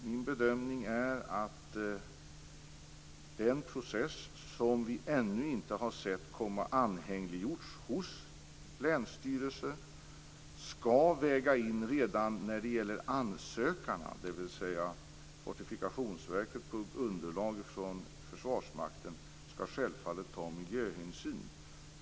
Min bedömning är att den process som vi ännu inte sett anhängiggöras hos länsstyrelsen skall vägas in redan hos ansökarna. Det vill säga att Fortifikationsverket på underlag från Försvarsmakten självfallet skall ta miljöhänsyn.